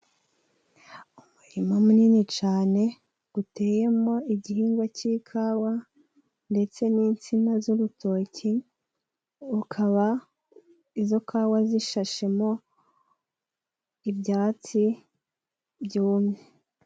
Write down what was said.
Umurima munini cane uteyemo igihingwa cy'ikawa ndetse n'insina z'urutoki ukaba izo kawa zishashemo ibyatsi byumye.